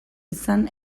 izan